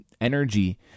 energy